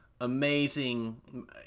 amazing